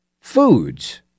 foods